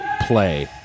play